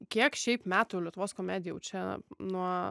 kiek šiaip metų lietuvos komedija jau čia nuo